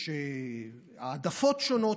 יש העדפות שונות.